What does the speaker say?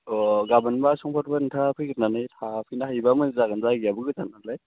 अ गाबोन बा समफोरफोर नोंथाङा फैग्रोनानै थाफैनो हायोबा मोजां जागोन जायगायाबो गोजान नालाय